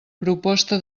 proposta